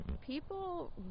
People